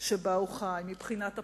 שבה הוא חי, מבחינת הפתיחות,